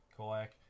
kayak